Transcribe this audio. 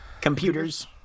Computers